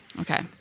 Okay